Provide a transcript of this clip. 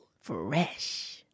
Fresh